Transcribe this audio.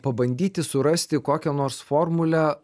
pabandyti surasti kokią nors formulę